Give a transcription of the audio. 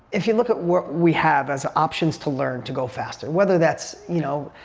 if you look at what we have as options to learn to go faster, whether that's, you know,